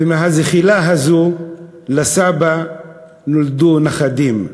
ומהזחילה הזאת לסבא נולדו נכדים,